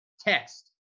text